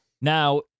Now